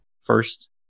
first